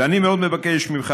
ואני מאוד מבקש ממך,